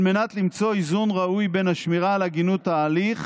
על מנת למצוא איזון ראוי בין השמירה על הגינות ההליך